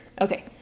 Okay